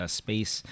space